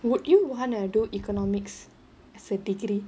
would you wanna do economics as a degree